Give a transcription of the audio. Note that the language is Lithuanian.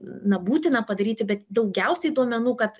na būtina padaryti bet daugiausiai duomenų kad